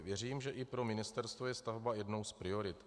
Věřím, že i pro ministerstvo je stavba jednou z priorit.